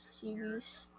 series